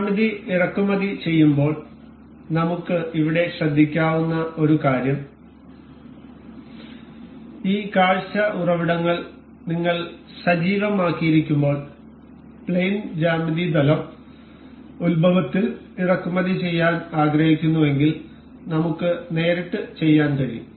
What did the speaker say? ജ്യാമിതി ഇറക്കുമതി ചെയ്യുമ്പോൾ നമുക്ക് ഇവിടെ ശ്രദ്ധിക്കാവുന്ന ഒരു കാര്യം ഈ കാഴ്ച ഉറവിടങ്ങൾ നിങ്ങൾ സജീവമാക്കിയിരിക്കുമ്പോൾ പ്ലെയിൻ ജ്യാമിതി തലം ഉത്ഭവത്തിൽ ഇറക്കുമതി ചെയ്യാൻ ആഗ്രഹിക്കുന്നുവെങ്കിൽ നമുക്ക് നേരിട്ട് ചെയ്യാൻ കഴിയും